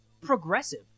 progressive